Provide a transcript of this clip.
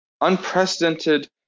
unprecedented